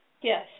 Yes